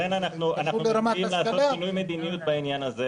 לכן אנחנו מתכוונים לעשות שינוי מדיניות בעניין הזה